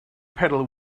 pedal